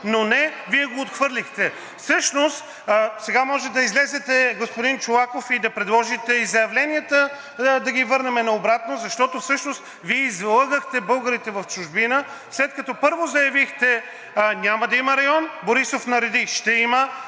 Но не – Вие го отхвърлихте. Всъщност сега можете да излезете, господин Чолаков, и да предложите и заявленията да ги върнем обратно, защото Вие излъгахте българите в чужбина, след като първо заявихте: „Няма да има район“, Борисов нареди: „Ще има“,